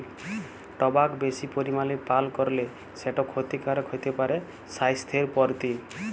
টবাক বেশি পরিমালে পাল করলে সেট খ্যতিকারক হ্যতে পারে স্বাইসথের পরতি